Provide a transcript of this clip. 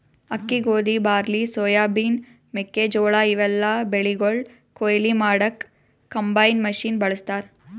ಅಕ್ಕಿ ಗೋಧಿ barley soybean ಮೆಕ್ಕೆಜೋಳಾ ಇವೆಲ್ಲಾ ಬೆಳಿಗೊಳ್ ಕೊಯ್ಲಿ ಮಾಡಕ್ಕ್ ಕಂಬೈನ್ ಮಷಿನ್ ಬಳಸ್ತಾರ್